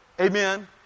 amen